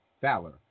valor